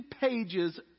pages